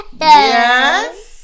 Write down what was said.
Yes